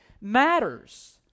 matters